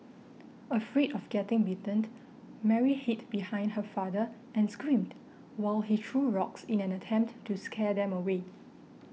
afraid of getting bitten Mary hid behind her father and screamed while he threw rocks in an attempt to scare them away